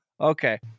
Okay